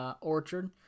Orchard